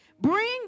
Bring